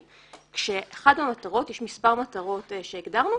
כשאחת המטרות יש מספר מטרות שהגדרנו